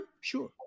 Sure